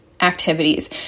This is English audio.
activities